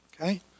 okay